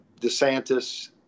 DeSantis